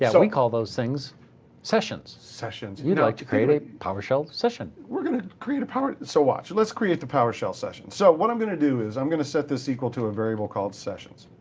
yeah, we call those things sessions. sessions. you'd like to create a powershell session. we're going to create a power. so watch. let's create the powershell session. so what i'm going to do, i'm going to set this equal to a variable called sessions.